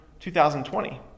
2020